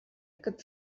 aquest